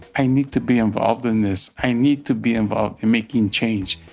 i need to be involved in this. i need to be involved in making change.